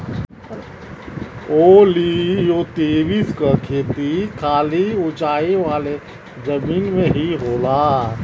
ओलियोतिरिस क खेती खाली ऊंचाई वाले जमीन में ही होला